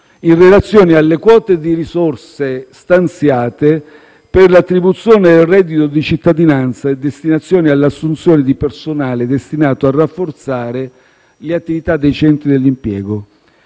in relazione alle quote di risorse stanziate per l'attribuzione al reddito di cittadinanza e destinazione all'assunzione di personale destinato a rafforzare le attività dei centri dell'impiego.